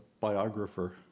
biographer